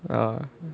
ah